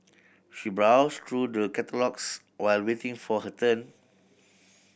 she browsed through the catalogues while waiting for her turn